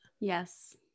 Yes